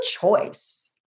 choice